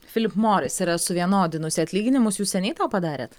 philip morris yra suvienodinusi atlyginimus jūs seniai tą padarėt